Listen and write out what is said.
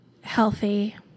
healthy